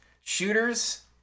Shooters